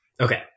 Okay